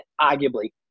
arguably